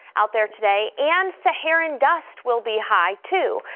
out there today and sahara and dust will be high too.